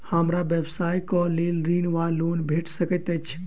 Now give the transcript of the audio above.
हमरा व्यवसाय कऽ लेल ऋण वा लोन भेट सकैत अछि?